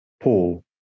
Paul